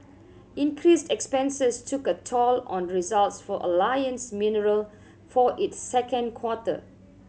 increased expenses took a toll on results for Alliance Mineral for its second quarter